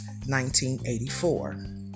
1984